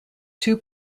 two